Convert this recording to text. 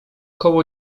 koło